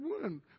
one